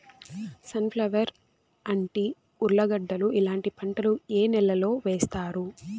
Sun flower, అంటి, ఉర్లగడ్డలు ఇలాంటి పంటలు ఏ నెలలో వేస్తారు?